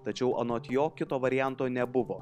tačiau anot jo kito varianto nebuvo